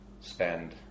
spend